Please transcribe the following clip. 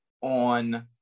on